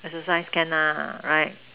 exercise can nah right